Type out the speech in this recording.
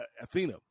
Athena